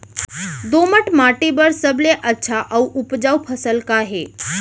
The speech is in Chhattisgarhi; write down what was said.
दोमट माटी बर सबले अच्छा अऊ उपजाऊ फसल का हे?